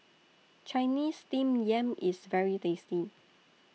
Chinese Steamed Yam IS very tasty